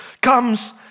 comes